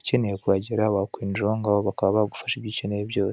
ukeneye kuhagera wakwinjira ahongaho bakaba bagufasha ibyukeneye byose.